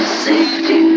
safety